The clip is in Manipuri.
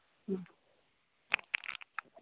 ꯎꯝ